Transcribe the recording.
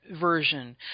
version